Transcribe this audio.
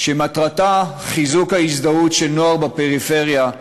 שמטרתה חיזוק ההזדהות של נוער בפריפריה,